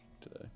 today